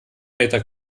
meter